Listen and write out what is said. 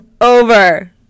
over